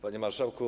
Panie Marszałku!